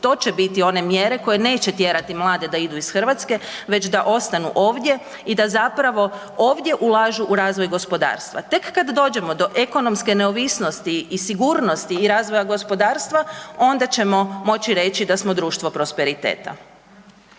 To će biti one mjere koje neće tjerati mlade da idu iz Hrvatske već da ostanu ovdje i da zapravo ovdje ulažu u razvoj gospodarstva. Tek kad dođemo do ekonomske neovisnosti i sigurnosti i razvoja gospodarstva onda ćemo moći reći da smo društvo prosperiteta.